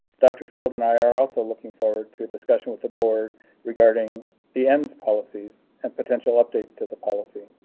doctor field and i are also looking forward to a discussion with the board regarding the ends policies and potential updates to the policy.